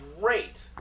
great